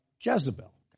Jezebel